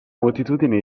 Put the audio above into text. moltitudine